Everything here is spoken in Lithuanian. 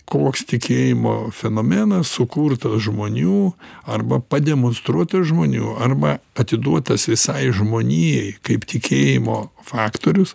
koks tikėjimo fenomenas sukurtas žmonių arba pademonstruotas žmonių arba atiduotas visai žmonijai kaip tikėjimo faktorius